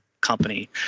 company